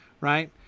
right